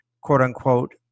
quote-unquote